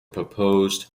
proposed